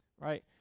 right